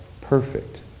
perfect